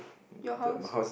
your house